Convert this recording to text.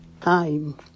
time